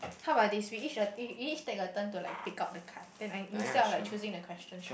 how about this we each are we each take a turn to like pick out the card then instead of choosing the question